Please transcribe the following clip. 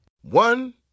One